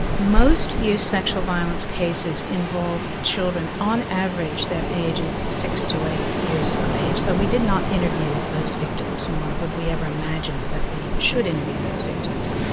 most youth sexual violence cases involve children. on average their ages six to eight years of age. so, we did not interview those victims, nor would we ever imagine that we should interview those victims.